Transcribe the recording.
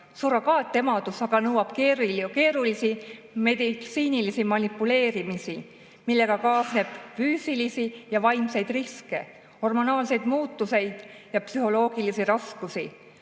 Surrogaatemadus aga nõuab keerulisi meditsiinilisi manipuleerimisi, millega kaasnevad füüsilised ja vaimsed riskid, hormonaalsed muutused ja psühholoogilised raskused.